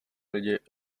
lidi